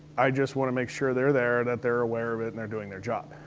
i just wanna make sure they're there, that they're aware of it, and they're doing their job.